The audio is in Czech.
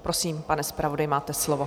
Prosím, pane zpravodaji, máte slovo.